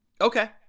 Okay